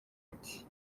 ati